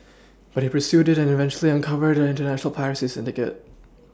but he pursued it and eventually uncovered an international piracy syndicate